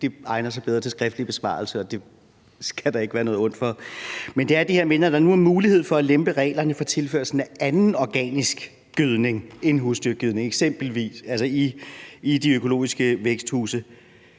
det egner sig bedre til en skriftlig besvarelse, og det er der ikke noget ondt i. Men når der nu er mulighed for at lempe reglerne for tilførslen af anden organisk gødning end husdyrgødning i eksempelvis de økologiske væksthuse,